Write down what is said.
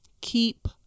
keep